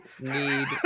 need